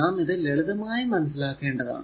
നാം ഇത് ലളിതമായി മനസ്സിലാക്കേണ്ടതാണ്